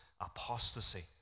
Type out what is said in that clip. apostasy